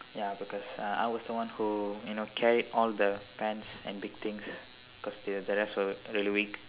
ya because uh I was the one who you know carried all the pans and big things cause the the rest were really weak